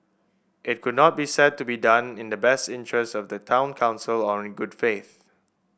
it could not be said to be done in the best interest of the town council or in good faith